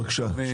בבקשה.